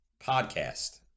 podcast